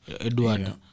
Edward